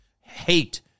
hate